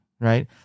right